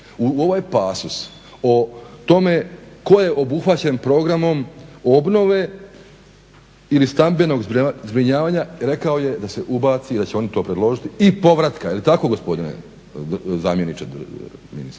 u ovaj pasus o tome tko je obuhvaćen programom obnove ili stambenog zbrinjavanja, rekao je da se ubaci, da će oni to predložiti i povratka. Je li tako gospodine zamjeniče ministra,